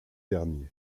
dernier